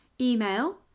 email